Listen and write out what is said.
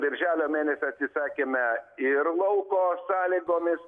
birželio mėnesį atsisakėme ir lauko sąlygomis